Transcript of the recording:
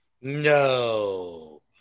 no